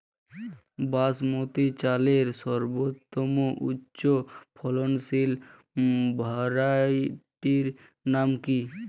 বাসমতী চালের সর্বোত্তম উচ্চ ফলনশীল ভ্যারাইটির নাম কি?